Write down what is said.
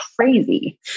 crazy